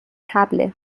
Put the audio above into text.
طبله